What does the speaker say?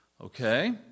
Okay